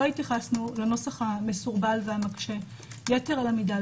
התייחסנו לנוסח המסורבל והמקשה יתר על המידה,